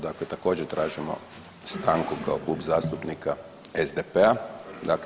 Dakle, također tražimo stanku kao Klub zastupnika SDP-a.